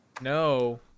no